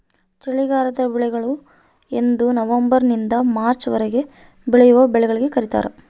ಚಳಿಗಾಲದ ಬೆಳೆಗಳು ಎಂದನವಂಬರ್ ನಿಂದ ಮಾರ್ಚ್ ವರೆಗೆ ಬೆಳೆವ ಬೆಳೆಗಳಿಗೆ ಕರೀತಾರ